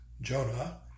Jonah